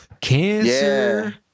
Cancer